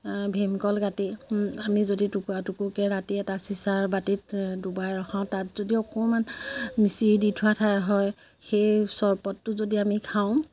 ভীমকল কাটি আমি যদি টুকুৰা টুকুৰকৈ কাটি এটা চিচাৰ বাতিত ডুবাই ৰখাওঁ তাত যদি অকণমান মিচিৰি দি থোৱা থা হয় সেই চৰ্বতটো যদি আমি খাওঁ